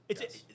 Yes